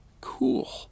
Cool